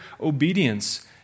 obedience